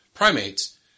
primates